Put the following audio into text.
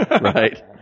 right